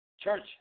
church